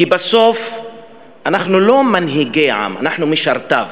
כי בסוף אנחנו לא מנהיגי העם, אנחנו משרתיו.